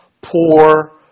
poor